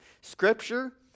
scripture